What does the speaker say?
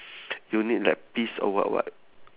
you need like peace or what [what]